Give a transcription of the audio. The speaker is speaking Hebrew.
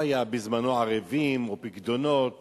בזמנו לא היו ערבים או פיקדונות